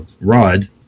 Rod